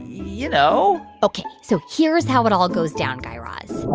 you know? ok, so here's how it all goes down, guy raz.